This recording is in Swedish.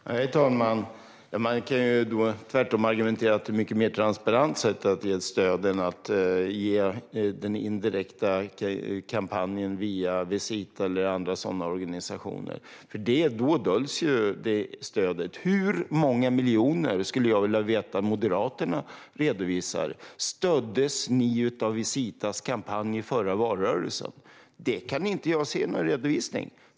Herr talman! Tvärtom kan man argumentera att det är ett mycket mer transparent sätt att ge stöd än att ge stöd till den indirekta kampanjen via Visita eller andra sådana organisationer. Då döljs stödet. Jag skulle vilja veta med hur många miljoner Moderaterna stöddes av Visitas kampanj i förra valrörelsen. Det kan jag inte se i någon redovisning.